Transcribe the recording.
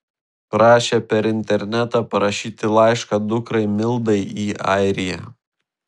prašė per internetą parašyti laišką dukrai mildai į airiją